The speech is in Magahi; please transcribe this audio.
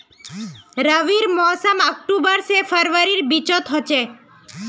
रविर मोसम अक्टूबर से फरवरीर बिचोत होचे